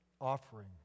offering